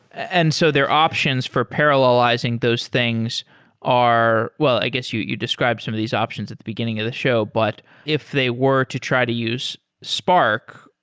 and so their options for parallelizing those things are well, i guess you you described some of these options at the beginning of the show, but if they were to try to use spark,